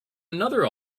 another